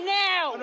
now